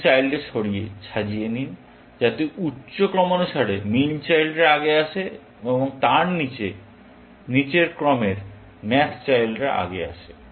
আপনি চাইল্ডদের সাজিয়ে নিন যাতে উচ্চ ক্রমানুসারে মিন চাইল্ডরা আগে আসে এবং তার নিচে নিচের ক্রমের ম্যাক্স চাইল্ডরা আগে আসে